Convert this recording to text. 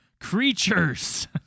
creatures